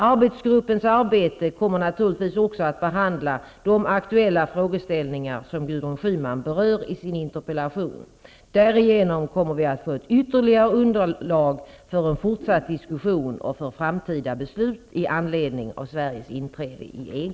Arbetsgruppens arbete kommer naturligtvis att också behandla de aktuella frågeställningar som Gudrun Schyman berör i sin interpellation. Därigenom kommer vi att få ytterligare underlag för en fortsatt diskussion och för framtida beslut i anledning av Sveriges inträde i EG.